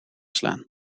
slaan